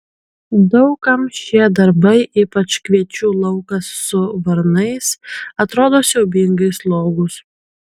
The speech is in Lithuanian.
daug kam šie darbai ypač kviečių laukas su varnais atrodo siaubingai slogūs